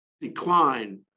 decline